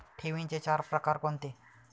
ठेवींचे चार प्रकार कोणते?